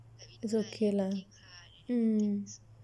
it's okay lah mm